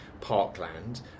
parkland